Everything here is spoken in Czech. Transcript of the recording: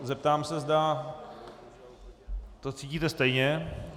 Zeptám se, zda to cítíte stejně.